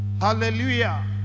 Hallelujah